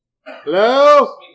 Hello